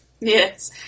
Yes